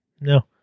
No